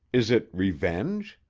is it revenge?